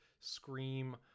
scream